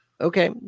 Okay